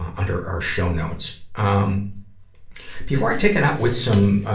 um under our show notes. um before i take it out with some, ah,